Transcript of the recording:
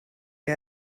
che